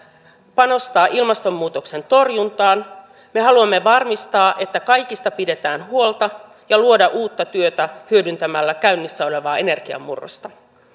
panostaa ilmastonmuutoksen torjuntaan me haluamme varmistaa että kaikista pidetään huolta ja luoda uutta työtä hyödyntämällä käynnissä olevaa energiamurrosta